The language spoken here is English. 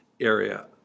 area